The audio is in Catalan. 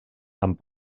amb